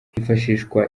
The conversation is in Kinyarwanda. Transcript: hifashishwa